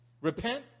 Repent